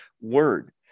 word